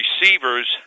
receivers